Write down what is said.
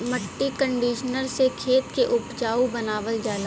मट्टी कंडीशनर से खेत के उपजाऊ बनावल जाला